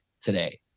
today